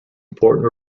important